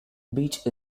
beech